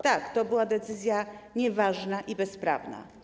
Tak, to była decyzja nieważna i bezprawna.